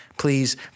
Please